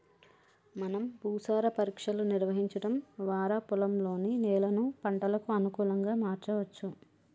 మనం భూసార పరీక్షలు నిర్వహించడం వారా పొలంలోని నేలను పంటలకు అనుకులంగా మార్చవచ్చు